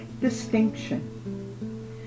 distinction